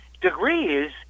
degrees